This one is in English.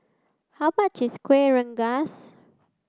how much is Kueh Rengas